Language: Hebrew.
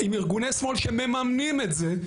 עם ארגוני שמאל שממנים את זה,